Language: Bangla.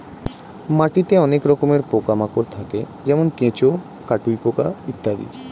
মাটিতে অনেক রকমের পোকা মাকড় থাকে যেমন কেঁচো, কাটুই পোকা ইত্যাদি